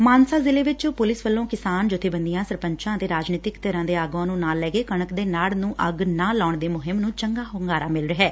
ਮਾਨਸਾ ਜ਼ਿਲ੍ਹੇ ਵਿੱਚ ਪੁਲੀਸ ਵੱਲੋਂ ਕਿਸਾਨ ਜਬੇਬੰਦੀਆਂ ਸਰਪੰਚਾਂ ਅਤੇ ਰਾਜਨੀਤਿਕ ਧਿਰਾਂ ਦੇ ਆਗੂਆਂ ਨੂੰ ਨਾਲ ਲੈਕੇ ਕਣਕ ਦੇ ਨਾੜ ਨੂੰ ਅੱਗ ਨਾ ਲਾਉਣ ਦੀ ਮੁਹਿੰਮ ਨੂੰ ਚੰਗਾ ਹੁੰਗਾਰਾ ਮਿਲ ਰਿਹੈ